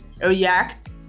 react